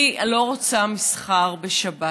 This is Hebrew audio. אני לא רוצה מסחר בשבת.